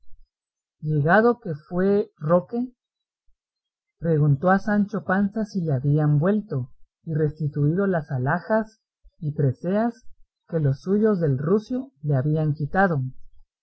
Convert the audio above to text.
llegado que fue roque preguntó a sancho panza si le habían vuelto y restituido las alhajas y preseas que los suyos del rucio le habían quitado